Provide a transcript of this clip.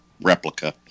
replica